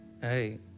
Hey